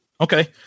Okay